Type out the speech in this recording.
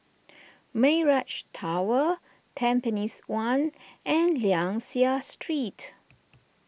Mirage Tower Tampines one and Liang Seah Street